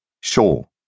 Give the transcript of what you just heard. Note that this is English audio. Sure